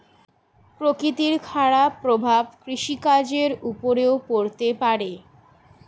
প্রকৃতির খারাপ প্রভাব কৃষিকাজের উপরেও পড়তে পারে